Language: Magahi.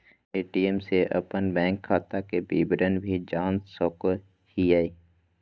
ए.टी.एम से अपन बैंक खाता के विवरण भी जान सको हिये